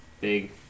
big